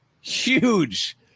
huge